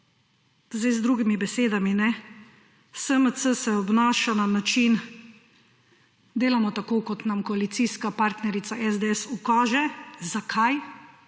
Z drugimi besedami, SMC se obnaša na način delamo tako, kot nam koalicijska partnerica SDS ukaže. Zakaj?